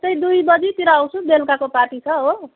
त्यस्तै दुई बजीतिर आउँछु बेलुकाको पार्टी छ हो